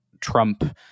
Trump –